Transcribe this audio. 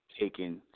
taken